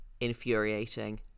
infuriating